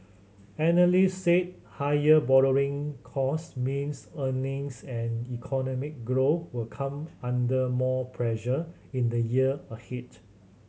analyst say higher borrowing cost means earnings and economic growth will come under more pressure in the year ahead